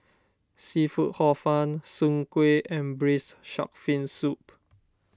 Seafood Hor Fun Soon Kueh and Braised Shark Fin Soup